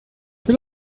will